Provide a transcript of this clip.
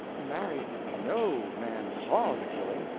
marry, no man saw the killing,